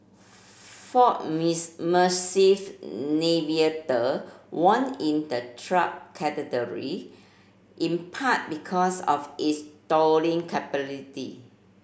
ford massive Navigator won in the truck category in part because of its towing capability